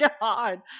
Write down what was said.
God